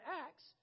Acts